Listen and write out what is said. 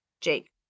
Jake